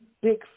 big